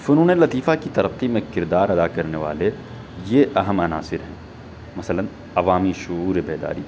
فنون لطیفہ کی ترقی میں کردار ادا کرنے والے یہ اہم عناصر ہیں مثلاً عوامی شعور بیداری